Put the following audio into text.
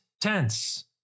tense